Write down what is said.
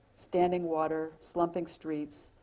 standing water, slumping streets,